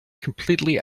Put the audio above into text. completely